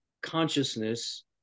consciousness